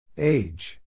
Age